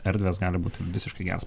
erdvės gali būti visiškai geras